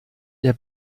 der